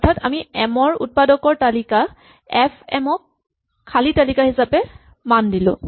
অৰ্থাৎ আমি এম ৰ উৎপাদকৰ তালিকা এফ এম ক খালী তালিকা হিচাপে মান দিলো